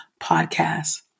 podcast